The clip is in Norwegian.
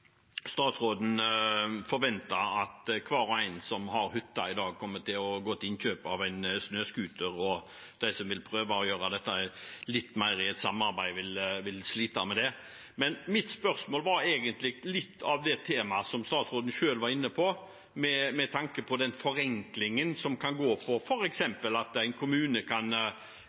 statsråden forventer at hver og en som har hytte i dag, kommer til å gå til innkjøp av en snøscooter, og de som vil prøve å gjøre dette i et samarbeid, vil slite med det. Mitt spørsmål gjelder egentlig det temaet som statsråden selv var inne på, med tanke på en forenkling som f.eks. kan gå på at en kommune kan